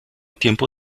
tiempo